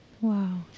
Wow